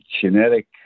genetic